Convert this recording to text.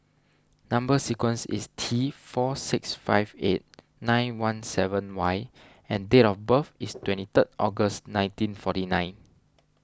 Number Sequence is T four six five eight nine one seven Y and date of birth is twenty third August nineteen forty nine